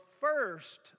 first